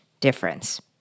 difference